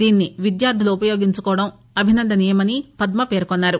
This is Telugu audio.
దీన్ని విద్యార్థులు ఉపయోగించుకోవడం అభినందనీయమని పద్మ పేర్కొన్నారు